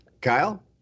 Kyle